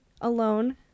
alone